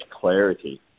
clarity